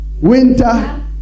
winter